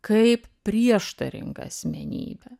kaip prieštaringą asmenybę